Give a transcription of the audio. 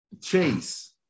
chase